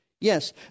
Yes